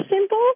simple